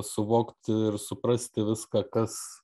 suvokt ir suprasti viską kas